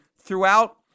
throughout